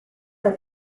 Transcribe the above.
are